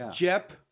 Jep